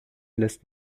lässt